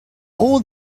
all